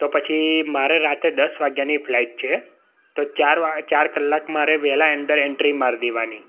તો પછી મારે રાત્રે દસ વાગ્યાની ફ્લાઈટ છે તો ચાર કલાક મારે વહેલા અંદર એન્ટ્રી મારી દેવાની